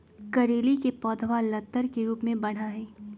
करेली के पौधवा लतर के रूप में बढ़ा हई